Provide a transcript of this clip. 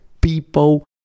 people